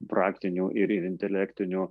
praktinių ir intelektinių